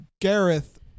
Gareth